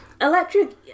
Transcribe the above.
Electric